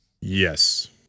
Yes